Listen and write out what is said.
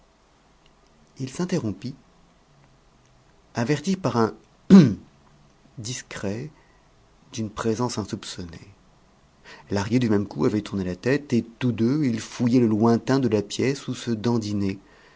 il s'interrompit averti par un hum discret d'une présence insoupçonnée lahrier du même coup avait tourné la tête et tous deux ils fouillaient le lointain de la pièce où se dandinait